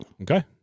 Okay